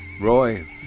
Roy